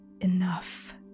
enough